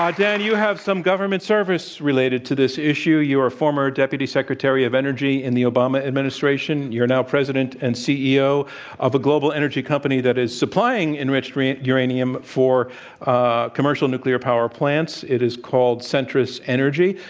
dan, you have some government service related to this issue. you were former deputy secretary of energy in the obama administration. you're now president and ceo of a global energy company that is supplying enriched uranium for ah commercial nuclear power plants. it is called centrus energy.